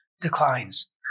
declines